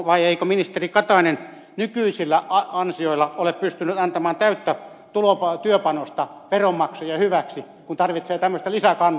vai eikö ministeri katainen nykyisillä ansioillaan ole pystynyt antamaan täyttä työpanosta veronmaksajien hyväksi kun tarvitsee tämmöistä lisäkannustusta vielä